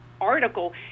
article